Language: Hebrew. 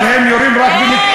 אבל הם יורים רק במקרים,